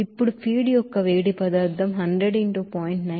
ఇప్పుడు ఫీడ్ యొక్క వేడి పదార్థం 100 ఇంటూ 0